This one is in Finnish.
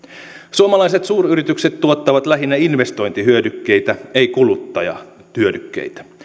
suomalaiset suuryritykset tuottavat lähinnä investointihyödykkeitä ei kuluttajahyödykkeitä